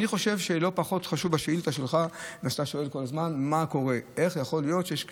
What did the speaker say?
אני חושב שבשאילתה שלך לא פחות חשוב זה מה שאתה שואל כל הזמן: מה קורה?